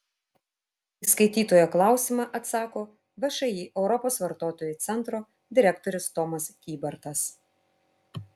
į skaitytojo klausimą atsako všį europos vartotojų centro direktorius tomas kybartas